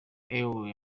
erie